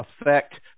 affect